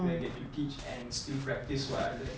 where I get to teach and still practice what I learned